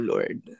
Lord